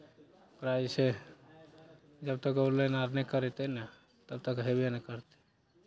ओकरा जे छै जबतक ऑनलाइन आब नहि करेतै ने तबतक हेबे नहि करतै